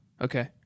Okay